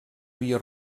via